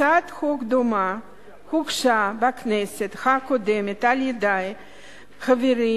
הצעת חוק דומה הוגשה בכנסת הקודמת על-ידי חברי